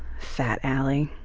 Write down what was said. fat ali.